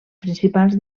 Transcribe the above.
principals